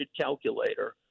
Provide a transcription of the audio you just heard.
calculator